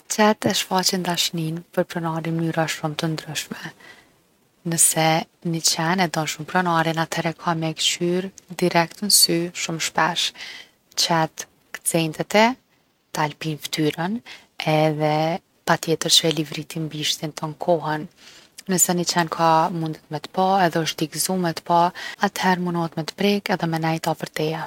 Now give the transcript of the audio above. Qent e shfaqin dashnin’ për pronarin n’mnyra shum’ t’ndryshme. Nëse ni qen e don shumë pronarin, atëhere ka me e kqyr direkt n’sy shum’ shpesh. Qent kcejn te ti, ta lpijn’ ftyrën edhe patjetër që e livritin bishtin ton kohën. Nëse ni qen ka- mundet me t’pa, osht i gzum me t’pa, atëher munohet me t’prek edhe me nejt afër teje.